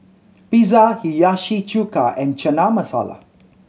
Pizza Hiyashi Chuka and Chana Masala